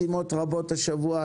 יש לנו משימות רבות השבוע.